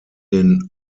den